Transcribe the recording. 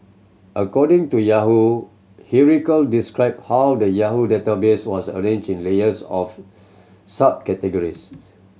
according to Yahoo hierarchical described how the Yahoo database was arranged layers of subcategories